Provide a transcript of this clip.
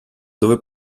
dove